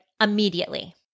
immediately